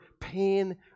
pain